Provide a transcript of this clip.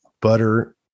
butter